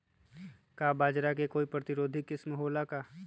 का बाजरा के कोई प्रतिरोधी किस्म हो ला का?